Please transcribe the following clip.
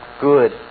good